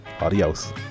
Adios